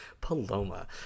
Paloma